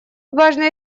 важно